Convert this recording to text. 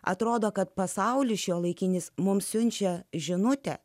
atrodo kad pasaulis šiuolaikinis mums siunčia žinutę